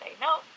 no